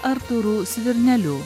artūru svirneliu